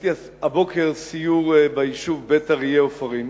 עשיתי הבוקר סיור ביישוב בית-אריה עופרים,